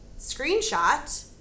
screenshot